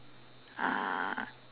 uh